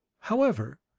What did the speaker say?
however,